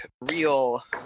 real